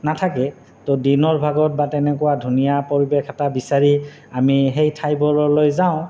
নাথাকে তো দিনৰ ভাগত বা তেনেকুৱা ধুনীয়া পৰিৱেশ এটা বিচাৰি আমি সেই ঠাইবোৰলৈ যাওঁ